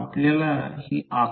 L B 17 8